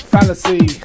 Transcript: Fallacy